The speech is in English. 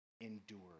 Endured